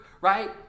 right